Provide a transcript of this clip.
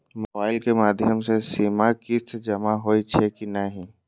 Mobile के माध्यम से सीमा किस्त जमा होई छै कि नहिं?